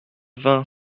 vingt